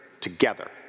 together